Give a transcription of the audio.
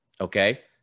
okay